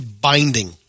binding